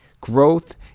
Growth